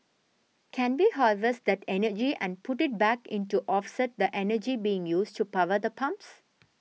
can we harvest that energy and put it back in to offset the energy being used to power the pumps